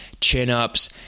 chin-ups